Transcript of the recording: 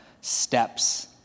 steps